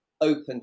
open